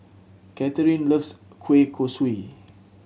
Katharine loves kueh kosui